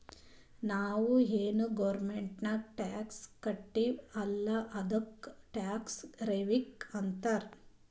ನಾವು ಏನ್ ಗೌರ್ಮೆಂಟ್ಗ್ ಟ್ಯಾಕ್ಸ್ ಕಟ್ತಿವ್ ಅಲ್ಲ ಅದ್ದುಕ್ ಟ್ಯಾಕ್ಸ್ ರೆವಿನ್ಯೂ ಅಂತಾರ್